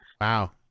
Wow